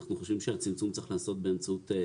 אנחנו חושבים שהצמצום צריך להיעשות באמצעות